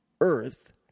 Earth